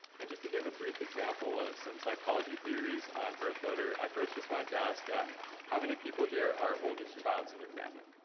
and just to give a brief example of some psychology theories on birth order, i first just wanted to ask, ah how many people here are oldest childs in their family.